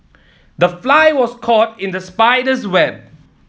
the fly was caught in the spider's web